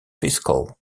fiscal